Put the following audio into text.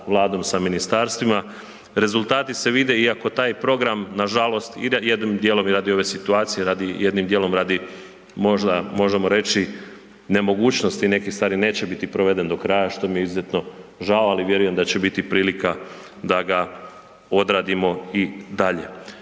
Vladom, sa ministarstvima. Rezultati se vide iako taj program nažalost ide jednom djelom i radi ove situacije, jednim djelom radi možda možemo reći, nemogućnosti nekih stvari neće bit proveden do kraja što mi je izuzetno žao, ali vjerujem da će biti prilika da ga odradimo i dalje.